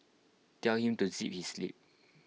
tell him to zip his lip